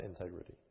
integrity